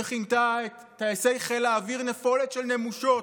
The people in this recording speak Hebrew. שכינתה את טייסי חיל האוויר "נפולת של נמושות"